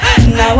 Now